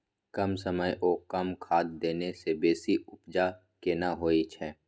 कम समय ओ कम खाद देने से बेसी उपजा केना होय छै?